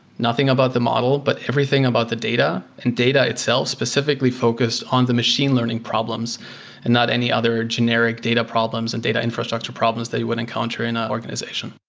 nothing about the model, but everything about the data, and data itself specifically focused on the machine learning problems and not any other generic data problems and data infrastructure problems they would encounter in an organization.